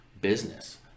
business